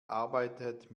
arbeitet